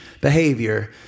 behavior